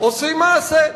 עושים מעשה.